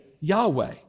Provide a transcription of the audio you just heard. Yahweh